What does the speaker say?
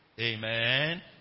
Amen